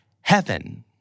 heaven